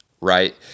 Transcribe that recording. right